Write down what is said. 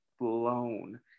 blown